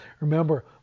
Remember